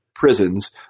prisons